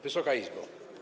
Wysoka Izbo!